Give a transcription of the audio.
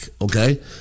okay